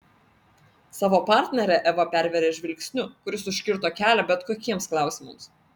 savo partnerę eva pervėrė žvilgsniu kuris užkirto kelią bet kokiems klausimams